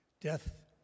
death